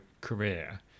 career